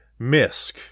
Misk